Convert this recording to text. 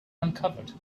uncovered